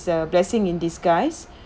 is a blessing in disguise